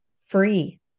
free